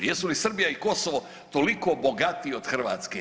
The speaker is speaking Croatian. Jesu li Srbija i Kosovo toliko bogatiji od Hrvatske?